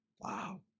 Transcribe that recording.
wow